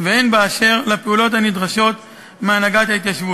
ולראיה, מנגנוני הביטחון